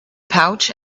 pouch